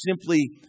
simply